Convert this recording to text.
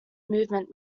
movement